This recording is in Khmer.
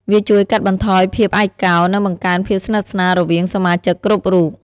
វាជួយកាត់បន្ថយភាពឯកោ និងបង្កើនភាពស្និទ្ធស្នាលរវាងសមាជិកគ្រប់រូប។